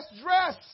dress